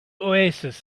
oasis